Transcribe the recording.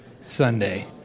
Sunday